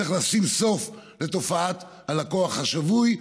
צריך לשים סוף לתופעת הלקוח השבוי.